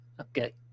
Okay